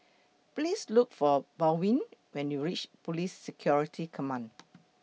Please Look For Baldwin when YOU REACH Police Security Command